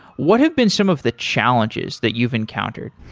what have been some of the challenges that you've encountered?